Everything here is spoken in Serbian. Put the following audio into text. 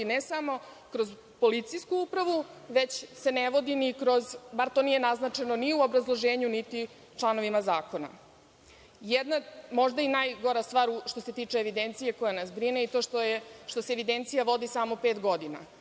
ne samo kroz policijsku upravu, već se ne vodi ni kroz, bar to nije naznačeno ni u obrazloženju, niti članovima zakona? Jedna, možda i najgora stvar, što se tiče evidencije, koja nas brine i to što se evidencija vodi samo pet godina.